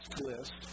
list